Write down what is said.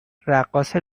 رقاص